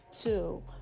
two